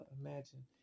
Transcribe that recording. imagine